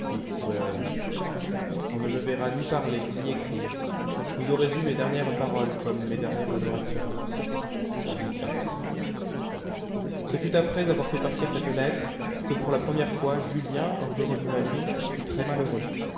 on ne me verra ni parler ni écrire vous aurez eu mes dernières paroles comme mes dernières adorations j s ce fut après avoir fait partir cette lettre que pour la première fois julien un peu revenu à lui fut très malheureux